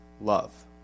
love